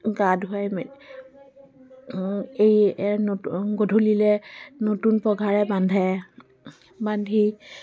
গা ধুৱাই মে এই নতুন গধূলিলৈ নতুন পঘাৰে বান্ধে বান্ধি